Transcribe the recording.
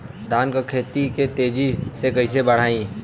धान क खेती के तेजी से कइसे बढ़ाई?